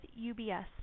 UBS